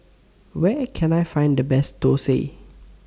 Where Can I Find The Best Thosai